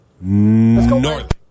North